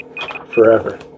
forever